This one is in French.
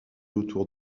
autour